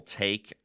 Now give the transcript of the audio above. take